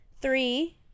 Three